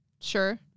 Sure